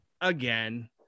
again